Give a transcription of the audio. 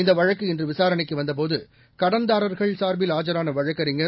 இந்த வழக்கு இன்று விசாரணைக்கு வந்தபோது கடன்தாரர்கள் சார்பில் ஆஜரான வழக்கறிஞர்